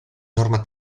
norma